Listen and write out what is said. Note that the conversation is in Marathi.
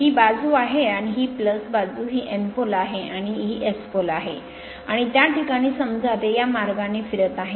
ही बाजू आहे आणि ही बाजू ही N pole आहे आणि ही S पोल आहे आणि त्या प्रकरणात समजा ते या मार्गाने फिरत आहे